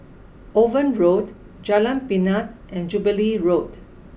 Owen Road Jalan Pinang and Jubilee Road